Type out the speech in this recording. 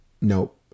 Nope